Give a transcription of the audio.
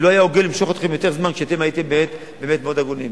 כי לא היה הוגן למשוך אתכם עוד זמן כשאתם הייתם מאוד הגונים.